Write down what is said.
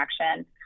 action